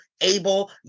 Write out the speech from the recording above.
able